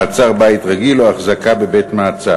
מעצר בית רגיל או החזקה בבית-מעצר.